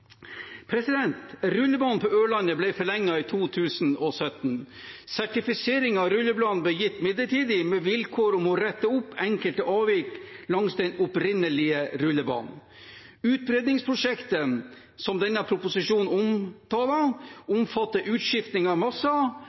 Rullebanen på Ørlandet ble forlenget i 2017. Sertifiseringen av rullebanen ble gitt midlertidig, med vilkår om å rette opp enkelte avvik langs den opprinnelige rullebanen. Utbedringsprosjektet som denne proposisjonen omtaler, omfatter utskifting av